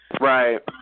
Right